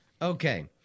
Okay